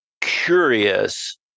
curious